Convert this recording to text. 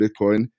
Bitcoin